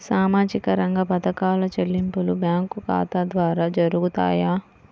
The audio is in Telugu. సామాజిక రంగ పథకాల చెల్లింపులు బ్యాంకు ఖాతా ద్వార జరుగుతాయా?